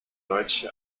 deutsche